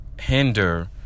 hinder